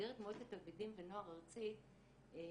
במסגרת מועצת תלמידים ונוער ארצית הם